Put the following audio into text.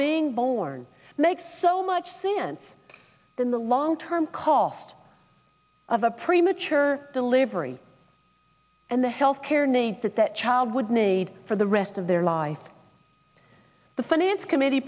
being born makes so much since then the long term cost of a premature delivery and the health care needs that that child would need for the rest of their life the finance committee